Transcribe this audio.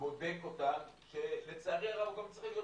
שבודק אותה שלצערי הרב הוא גם צריך להיות